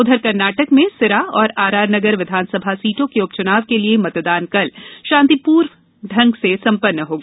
उधर कर्नाटक में सिरा और आर आर नगर विधानसभा सीटों के उपचुनाव के लिए मतदान कल शांतिपूर्वक सम्पन्न हो गया